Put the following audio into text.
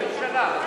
בממשלה.